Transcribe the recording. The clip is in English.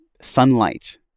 sunlight